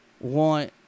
want